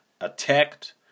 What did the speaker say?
attacked